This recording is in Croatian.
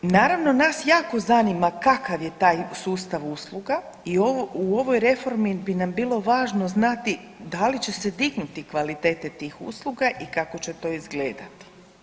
Naravno nas jako zanima kakav je taj sustav usluga i u ovoj reformi bi nam bilo važno znati da li će dignuti kvalitete tih usluga i kako će to izgledat.